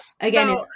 again